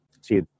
See